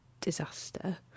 disaster